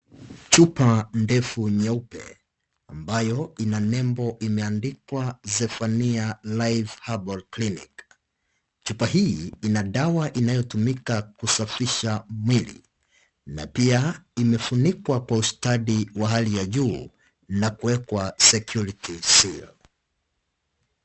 Chupa, ndefu nyeupe, ambayo ina nembo imeandikwa, Zephania Life Herbal Clinic .Chupa hii ina dawa inayotumika kusafisha mwili, na pia imefunikwa kwa ustadi wa hali ya juu na kuwekwa security seal .